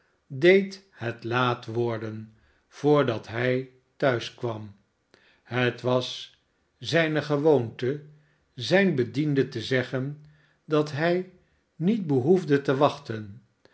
deed het laat worden voordat hij thuis kwam het was zijne gewoonte zijn bediende te zeggen dat hij niet behoefde te wachten